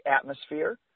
atmosphere